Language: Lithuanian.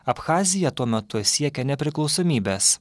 abchazija tuo metu siekia nepriklausomybės